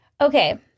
Okay